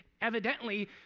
evidently